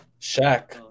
Shaq